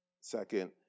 Second